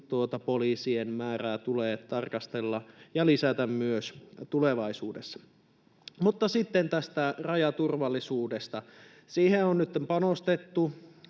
poliisien määrää tulee tarkastella ja lisätä myös tulevaisuudessa. Sitten tästä rajaturvallisuudesta. Siihen on nytten panostettu